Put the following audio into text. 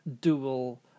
dual